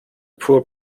poor